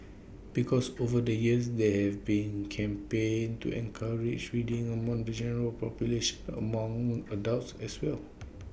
because over the years there have been campaigns to encourage reading among the general population among adults as well